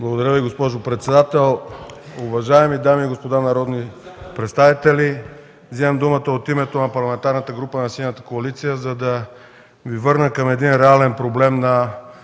Благодаря Ви, госпожо председател. Уважаеми дами и господа народни представители! Вземам думата от името на Парламентарната група на „Синята коалиция”, за да Ви върна към един реален проблем от